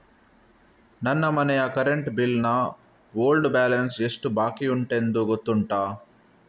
ನನ್ನ ಮನೆಯ current bill ನ ಓಲ್ಡ್ ಬ್ಯಾಲೆನ್ಸ್ ಎಷ್ಟು ಬಾಕಿಯುಂಟೆಂದು ಗೊತ್ತುಂಟ?